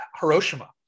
hiroshima